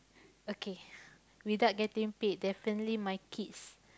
okay without getting paid definitely my kids